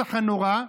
מהרצח הנורא,